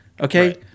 Okay